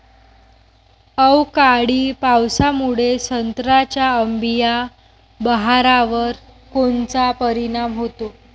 अवकाळी पावसामुळे संत्र्याच्या अंबीया बहारावर कोनचा परिणाम होतो?